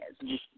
Yes